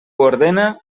ordena